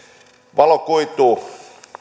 valokuitu